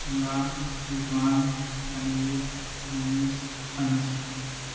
Imran Rizwan Tanveer Moonis Anas